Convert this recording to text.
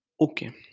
Okay